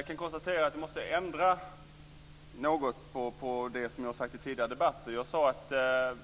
Herr talman! Jag måste ändra något på det som jag har sagt i tidigare debatter. Jag sade att